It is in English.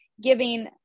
giving